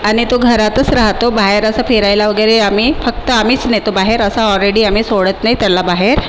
आणि तो घरातच राहतो बाहेर असं फिरायला वगैरे आम्ही फक्त आम्हीच नेतो बाहेर असं ऑलरेडी आम्ही सोडत नाही त्याला बाहेर